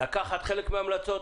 לקחת חלק מההמלצות,